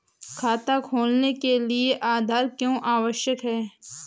खाता खोलने के लिए आधार क्यो आवश्यक है?